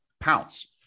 pounce